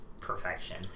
perfection